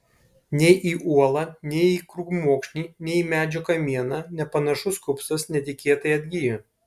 nei į uolą nei į krūmokšnį nei į medžio kamieną nepanašus kupstas netikėtai atgijo